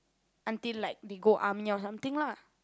until like they go army or something lah